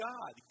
God